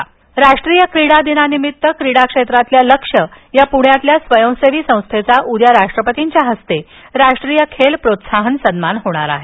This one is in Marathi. क्रीडा दिन राष्ट्रीय क्रीडा दिनानिमित्त क्रीडा क्षेत्रातील लक्ष्य या पूण्यातल्या स्वयंसेवी संस्थेचा उद्या राष्ट्रपतींच्या हस्ते राष्ट्रीय खेल प्रोत्साहन सन्मान होणार आहे